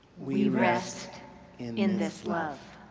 we rest in this love.